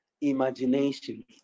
imagination